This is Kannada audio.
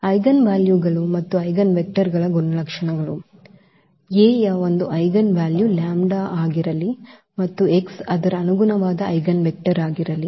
ಐಜೆನ್ ವ್ಯಾಲ್ಯೂಗಳ ಮತ್ತು ಐಜೆನ್ವೆಕ್ಟರ್ಗಳ ಗುಣಲಕ್ಷಣಗಳು A ಯ ಒಂದು ಐಜೆನ್ ವ್ಯಾಲ್ಯೂ ಆಗಿರಲಿ ಮತ್ತು x ಅದರ ಅನುಗುಣವಾದ ಐಜೆನ್ವೆಕ್ಟರ್ ಆಗಿರಲಿ